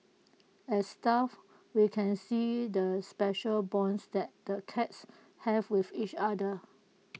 as staff we can see the special bonds that the cats have with each other